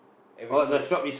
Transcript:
every two week